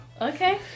Okay